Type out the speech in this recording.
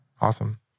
Awesome